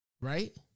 right